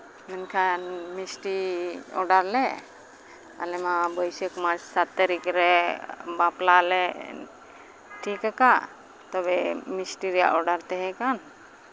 ᱢᱮᱱᱠᱷᱟᱱ ᱢᱤᱥᱴᱤᱧ ᱚᱰᱟᱨ ᱞᱮᱫ ᱟᱞᱮᱢᱟ ᱵᱟᱹᱭᱥᱟᱹᱠᱷ ᱢᱟᱥ ᱥᱟᱛ ᱛᱟᱹᱨᱤᱠᱷ ᱨᱮ ᱵᱟᱯᱞᱟ ᱞᱮ ᱴᱷᱤᱠ ᱟᱠᱟᱫ ᱛᱚᱵᱮ ᱢᱤᱥᱴᱤ ᱨᱮᱭᱟᱜ ᱚᱰᱟᱨ ᱛᱟᱦᱮᱸ ᱠᱟᱱᱟ